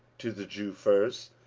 to the jew first,